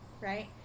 right